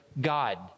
God